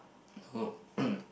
oh